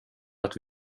att